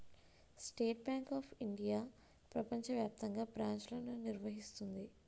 state bank of India ప్రపంచ వ్యాప్తంగా బ్రాంచ్లను నిర్వహిస్తుంది